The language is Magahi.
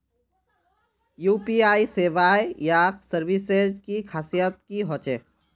यु.पी.आई सेवाएँ या सर्विसेज की खासियत की होचे?